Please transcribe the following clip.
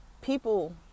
People